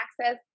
access